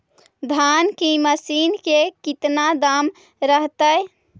धान की मशीन के कितना दाम रहतय?